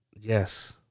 Yes